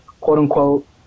quote-unquote